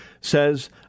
says